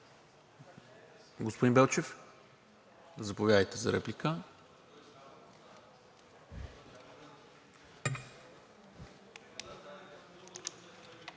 Господин Белчев, заповядайте за реплика.